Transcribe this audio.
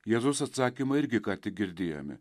jėzaus atsakymą irgi ką tik girdėjome